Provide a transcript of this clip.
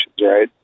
right